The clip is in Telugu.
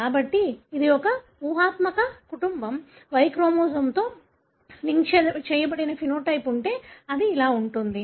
కాబట్టి ఇది ఒక ఊహాత్మక కుటుంబం Y క్రోమోజోమ్తో లింక్ చేయబడిన ఫెనోటైప్ ఉంటే అది ఇలా ఉంటుంది